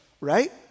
right